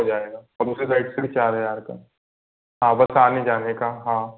हो जाएगा और दूसरे साइड का भी चार हजार का हाँ बस आने जाने का हाँ